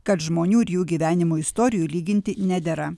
kad žmonių ir jų gyvenimo istorijų lyginti nedera